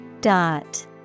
Dot